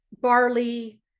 barley